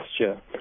gesture